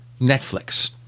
Netflix